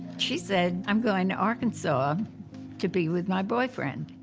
she said, i'm going to arkansas um to be with my boyfriend.